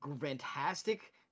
fantastic